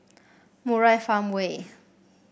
Murai Farmway